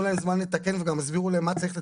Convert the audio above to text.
להם זמן לתקן וגם הסבירו להם מה צריך לתקן.